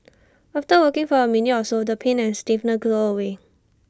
after walking for A minute or so the pain and stiffness go away